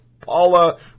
Paula